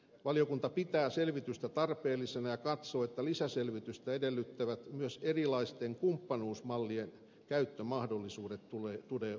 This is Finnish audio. valiokunta pitää selvitystä tarpeellisena ja katsoo että lisäselvitystä edellyttävät myös erilaisten kumppanuusmallien käyttömahdollisuudet jotka tulee ottaa huomioon